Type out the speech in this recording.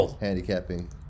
Handicapping